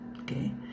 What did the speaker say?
Okay